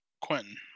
Quentin